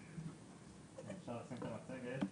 אם אפשר להציג את המצגת.